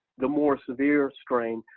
the more severe strain,